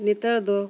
ᱱᱮᱛᱟᱨ ᱫᱚ